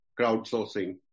crowdsourcing